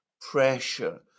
pressure